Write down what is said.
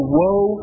woe